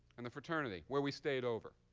and the fraternity where we stayed over.